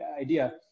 idea